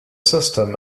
system